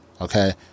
okay